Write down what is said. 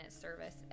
service